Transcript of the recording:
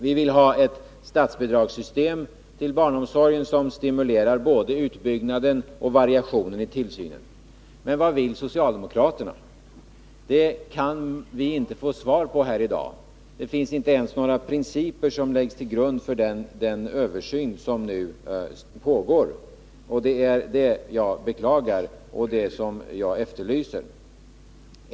Vi vill ha ett statsbidragssystem för barnomsorgen som stimulerar både utbyggnaden av och variationen i tillsynen. Men vad vill socialdemokraterna? Det kan vi inte få svar på här i dag. Det finns inte ens några principer som kan läggas till grund för den översyn som nu pågår. Det är detta jag beklagar, och jag efterlyser sådana principer.